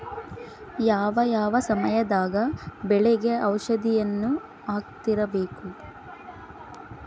ಯಾವ ಯಾವ ಸಮಯದಾಗ ಬೆಳೆಗೆ ಔಷಧಿಯನ್ನು ಹಾಕ್ತಿರಬೇಕು?